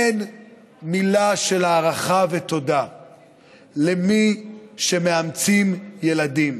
אין מילה של הערכה ותודה למי שמאמצים ילדים.